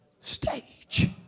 stage